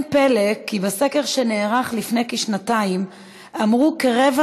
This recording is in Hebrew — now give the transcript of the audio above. לא פלא כי בסקר שנערך לפני כשנתיים אמרו כרבע